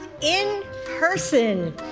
in-person